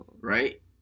Right